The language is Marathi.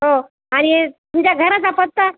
हो आणि तुमच्या घराचा पत्ता